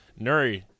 Nuri